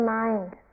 mind